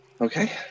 Okay